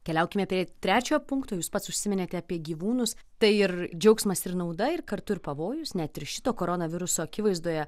keliaukime prie trečio punkto jūs pats užsiminėte apie gyvūnus tai ir džiaugsmas ir nauda ir kartu ir pavojus net ir šito koronaviruso akivaizdoje